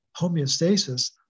homeostasis